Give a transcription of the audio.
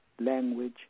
language